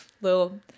Little